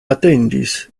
atendis